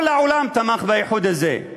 כל העולם תמך באיחוד הזה.